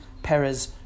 Perez